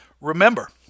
remember